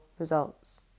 results